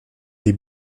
die